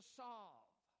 solve